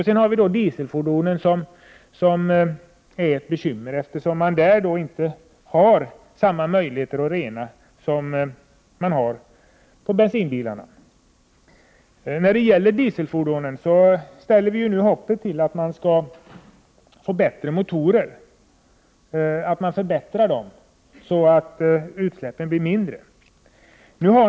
Sedan har vi dieselfordon, som är ett bekymmer eftersom man där inte har samma möjligheter att rena som när det gäller bensinbilar. I fråga om dieselfordon ställer vi nu hoppet till att man kan få fram bättre motorer så att utsläppen blir mindre.